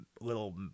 little